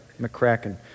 McCracken